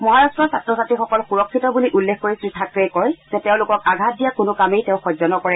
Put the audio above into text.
মহাৰট্টৰ ছাত্ৰ ছাত্ৰীসকল সুৰক্ষিত বুলি উল্লেখ কৰি শ্ৰীথাকৰেই কয় যে তেওঁলোকক আঘাত দিয়া কোনো কামেই তেওঁ সহ্য নকৰে